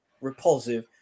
repulsive